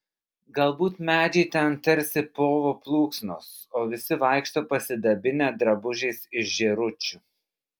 galbūt medžiai ten tarsi povo plunksnos o visi vaikšto pasidabinę drabužiais iš žėručių